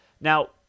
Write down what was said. Now